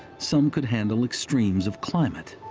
some could handle extremes of climate.